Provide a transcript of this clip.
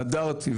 נדרתי.